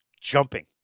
jumping